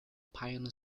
piano